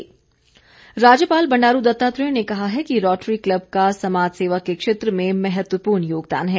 राज्यपाल राज्यपाल बंडारू दत्तात्रेय ने कहा है कि रोटरी क्लब का समाज सेवा के क्षेत्र में महत्वपूर्ण योगदान है